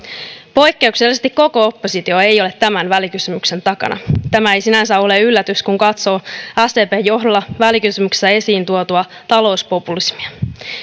poikkeuksellisesti koko oppositio ei ole tämän välikysymyksen takana tämä ei sinänsä ole yllätys kun katsoo sdpn johdolla välikysymyksessä esiin tuotua talouspopulismia